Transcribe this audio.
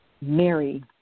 Mary